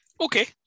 Okay